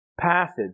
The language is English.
passage